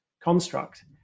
construct